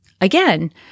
Again